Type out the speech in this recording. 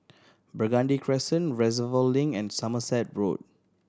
Burgundy Crescent Reservoir Link and Somerset Road